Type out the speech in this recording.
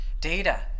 Data